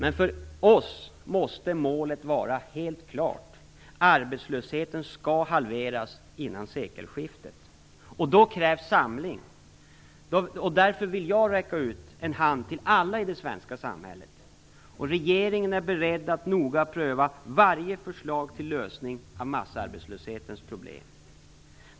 Men för oss måste målet vara helt klart: Arbetslösheten skall halveras innan sekelskiftet. För att klara det krävs samling. Därför vill jag räcka ut en hand till alla i det svenska samhället. Regeringen är beredd att noga pröva varje förslag till lösning av massarbetslöshetens problem.